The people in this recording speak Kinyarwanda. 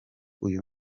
uyu